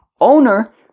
owner